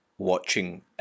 Watching